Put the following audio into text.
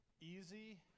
easy